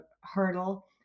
hurdle